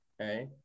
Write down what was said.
okay